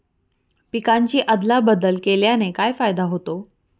पिकांची अदला बदल केल्याने काय फायदा होतो?